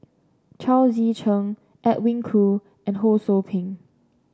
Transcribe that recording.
Chao Tzee Cheng Edwin Koo and Ho Sou Ping